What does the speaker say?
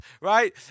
right